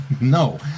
no